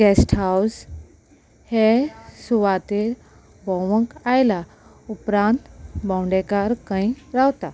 guest हावस हे सुवातेर भोंवंक आयला उपरांत भोंवडेकार खंय रावता